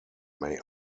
may